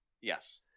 Yes